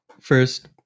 first